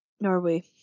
Norway